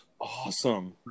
Awesome